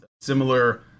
similar